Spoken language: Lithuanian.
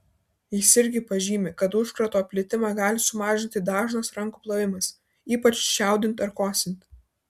jis irgi pažymi kad užkrato plitimą gali sumažinti dažnas rankų plovimas ypač čiaudint ar kosint